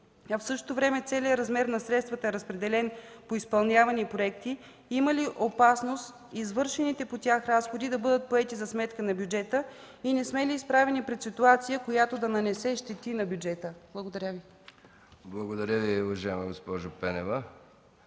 а в същото време целият размер на средствата е разпределен по изпълнявани проекти, има ли опасност извършените по тях разходи да бъдат поети за сметка на бюджета? И не сме ли изправени пред ситуация, която да нанесе щети на бюджета? Благодаря. ПРЕДСЕДАТЕЛ МИХАИЛ МИКОВ: Благодаря Ви, уважаема госпожо Пенева.